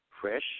fresh